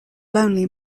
lonely